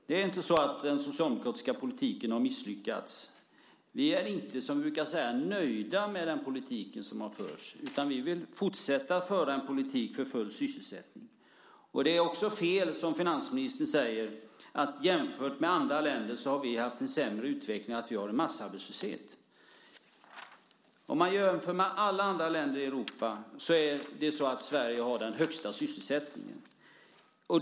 Fru talman! Den socialdemokratiska politiken har inte misslyckats. Vi är inte, som vi brukar säga, nöjda med den politik som har förts. Vi vill fortsätta att föra en politik för full sysselsättning. Det är fel, som finansministern säger, att vi jämfört med andra länder har haft en sämre utveckling och att vi har massarbetslöshet. Jämfört med alla andra länder i Europa har Sverige den högsta sysselsättningen.